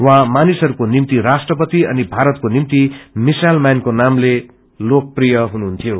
उहाँ मानिसहरूको निम्ति राष्ट्रपति अनि भारतको निम्ति मिसाइल मैन को नामले लोकप्रिय हुनुहुन्थ्यो